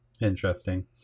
Interesting